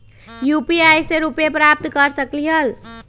UPI से रुपए प्राप्त कर सकलीहल?